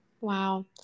wow